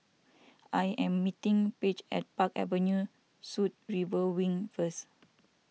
I am meeting Page at Park Avenue Suites River Wing first